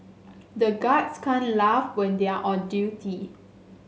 the guards can't laugh when they are on duty